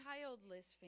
childless